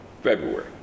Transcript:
February